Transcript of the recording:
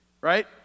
Right